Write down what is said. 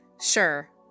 Sure